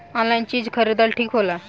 Online चीज खरीदल ठिक होला?